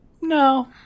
No